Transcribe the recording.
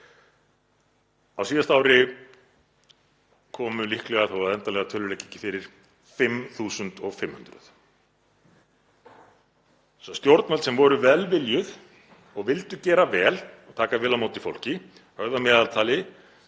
Á síðasta ári komu líklega, þó að endanlegar tölur liggi ekki fyrir, 5.500. Stjórnvöld sem voru velviljuð og vildu gera vel og taka vel á móti fólki höfðu að meðaltali